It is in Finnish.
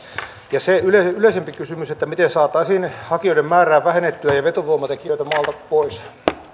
ja yleisempi kysymys miten saataisiin hakijoiden määrää vähennettyä ja vetovoimatekijöitä maasta pois